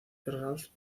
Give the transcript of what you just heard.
ralph